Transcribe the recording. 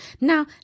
Now